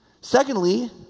Secondly